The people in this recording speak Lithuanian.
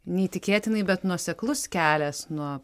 neįtikėtinai bet nuoseklus kelias nuo